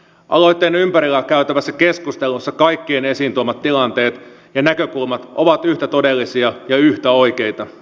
aloitteen ympärillä käytävässä keskustelussa kaikkien esiin tuomat tilanteet ja näkökulmat ovat yhtä todellisia ja yhtä oikeita